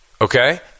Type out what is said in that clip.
Okay